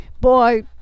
Boy